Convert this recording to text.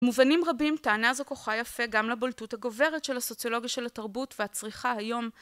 מובנים רבים טענה זו כוחה יפה גם לבולטות הגוברת של הסוציולוגיה של התרבות והצריכה היום